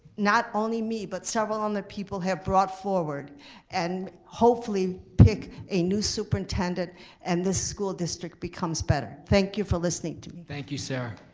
not only me but several um other people have brought forward and hopefully pick a new superintendent and this school district becomes better. thank you for listening to me. thank you sarah.